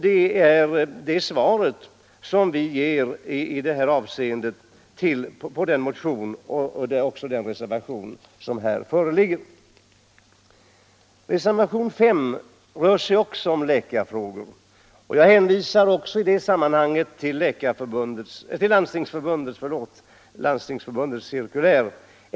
Det är det svar vi ger med anledning av föreliggande motion och reservation. Reservationen 5 handlar också om läkarfrågor. Jag hänvisar också här till Landstingsförbundets cirkulär.